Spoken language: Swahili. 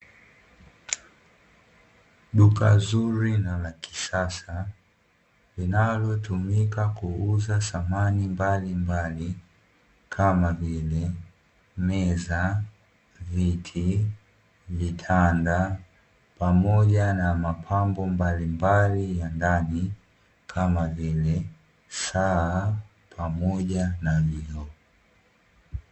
Duka zuri na la kisasa linalotumika kuuza samani mbalimbali kama vile; meza, viti, vitanda pamoja na mapambo mbalimbali ya ndani kama vile saa pamoja na vioo.